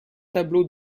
tableaux